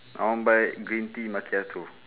I want buy green tea macchiato